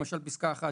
למשל פסקה (1),